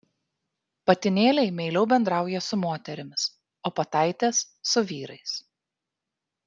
patinėliai meiliau bendrauja su moterimis o pataitės su vyrais